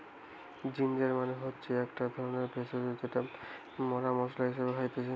ginger মানে হতিছে একটো ধরণের ভেষজ যেটা মরা মশলা হিসেবে খাইতেছি